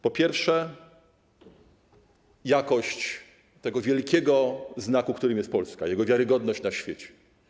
Po pierwsze, jakość tego wielkiego znaku, którym jest Polska, jego wiarygodność na świecie.